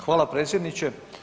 Hvala predsjedniče.